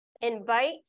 invite